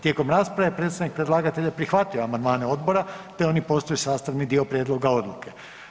Tijekom rasprave, predstavnik predlagatelja je prihvatio amandmane odbora te one postaju sastavni dio prijedloga odluke.